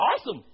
awesome